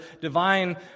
divine